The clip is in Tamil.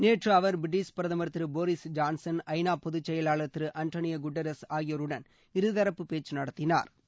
நேற்று அவர் பிரிட்டிஷ் பிரதமர் திரு போரிஸ் ஜான்சன் ஐநா பொது செயலாளர் திரு அண்டோனியோ குட்ரஸ் ஆகியோருடன் இருதரப்பு பேச்சு நடத்தினாா்